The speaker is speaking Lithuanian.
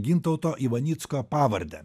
gintauto ivanicko pavardę